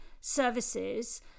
services